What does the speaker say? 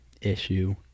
issue